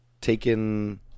taken